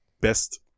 best